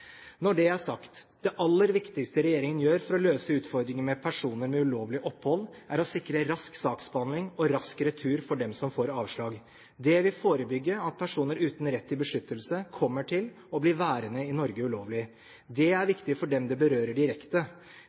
Når det er sagt: Det aller viktigste regjeringen gjør for å løse utfordringen med personer med ulovlig opphold, er å sikre rask saksbehandling og rask retur for dem som får avslag. Det vil forebygge at personer uten rett til beskyttelse kommer til og blir værende i Norge ulovlig. Det er viktig for dem det berører direkte,